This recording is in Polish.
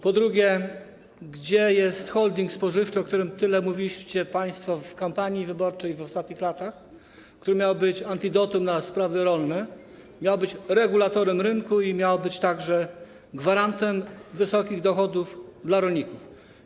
Po drugie: Gdzie jest holding spożywczy, o którym tyle mówiliście państwo w kampanii wyborczej w ostatnich latach, który miał być antidotum na sprawy rolne, miał być regulatorem rynku i gwarantem wysokich dochodów dla rolników?